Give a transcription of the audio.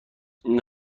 این